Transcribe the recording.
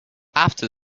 after